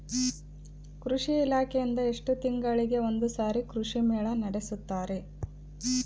ಕೃಷಿ ಇಲಾಖೆಯಿಂದ ಎಷ್ಟು ತಿಂಗಳಿಗೆ ಒಂದುಸಾರಿ ಕೃಷಿ ಮೇಳ ನಡೆಸುತ್ತಾರೆ?